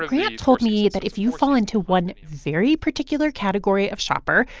grant told me that if you fall into one very particular category of shopper,